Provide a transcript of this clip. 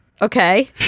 Okay